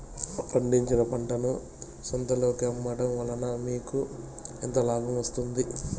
పండించిన పంటను సంతలలో అమ్మడం వలన మీకు ఎంత లాభం వస్తుంది?